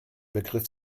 begriff